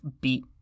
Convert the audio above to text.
beat